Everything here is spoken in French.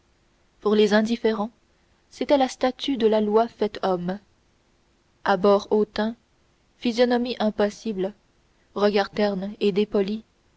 pour les indifférents c'était la statue de la loi faite homme abord hautain physionomie impassible regard terne et dépoli